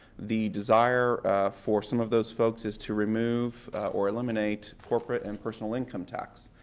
the desire for some of those folks is to remove or eliminate corporate and personal income tax.